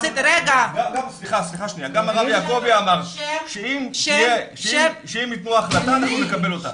גם הרב יעקבי אמר שאם יתנו החלטה אנחנו נקבל אותם.